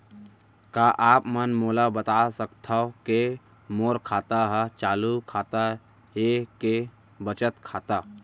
का आप मन मोला बता सकथव के मोर खाता ह चालू खाता ये के बचत खाता?